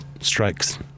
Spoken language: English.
strikes